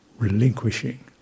relinquishing